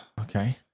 Okay